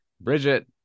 Bridget